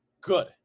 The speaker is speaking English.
Good